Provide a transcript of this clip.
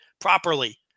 properly